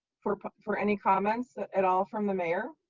for for any comments at all from the mayor?